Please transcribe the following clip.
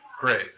Great